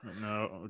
no